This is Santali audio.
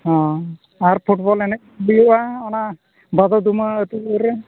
ᱦᱚᱸ ᱟᱨ ᱯᱷᱩᱴᱵᱚᱞ ᱮᱱᱮᱡ ᱦᱩᱭᱩᱜᱼᱟ ᱚᱱᱟ ᱵᱟᱫᱚᱫᱩᱢᱟᱹ ᱟᱹᱛᱩ ᱨᱮ